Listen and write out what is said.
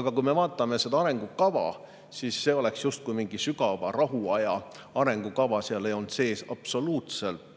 Aga kui me vaatame seda arengukava, siis näeme, et see oleks justkui mingi sügava rahuaja arengukava. Seal ei olnud absoluutselt